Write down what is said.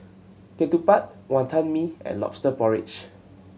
Ketupat Wonton Mee and Lobster Porridge